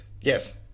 Yes